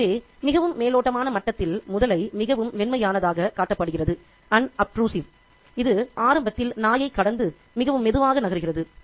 எனவே மிகவும் மேலோட்டமான மட்டத்தில் முதலை மிகவும் மென்மையானதாக காட்டப்படுகிறது இது ஆரம்பத்தில் நாயை கடந்து மிகவும் மெதுவாக நகருகிறது